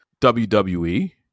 WWE